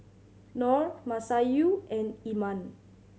Nor Masayu and Iman